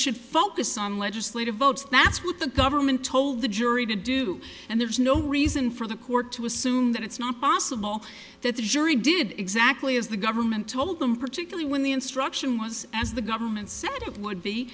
should focus on legislative votes that's what the government told the jury to do and there's no reason for the court to assume that it's not possible that the jury did exactly as the government told them particularly when the instruction was as the government